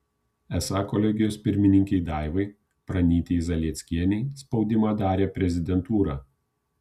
esą kolegijos pirmininkei daivai pranytei zalieckienei spaudimą darė prezidentūra